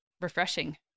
refreshing